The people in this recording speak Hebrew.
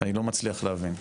אני לא מצליח להבין.